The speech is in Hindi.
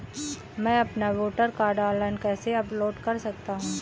मैं अपना वोटर कार्ड ऑनलाइन कैसे अपलोड कर सकता हूँ?